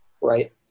right